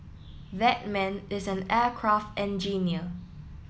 that man is an aircraft engineer